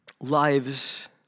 lives